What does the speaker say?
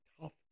tough